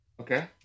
Okay